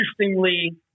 interestingly